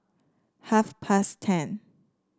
half past ten